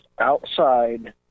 outside